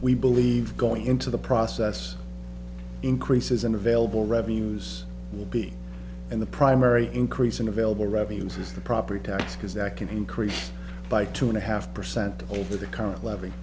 we believe going into the process increases in available revenues will be and the primary increase in available revenues is the property tax because that can increase by two and a half percent over the current l